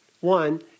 One